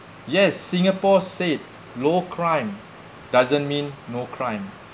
yes singapore said low crime doesn't mean no crime